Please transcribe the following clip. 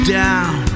down